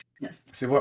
Yes